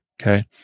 Okay